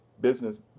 business